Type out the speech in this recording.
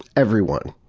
everyone.